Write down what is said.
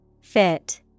Fit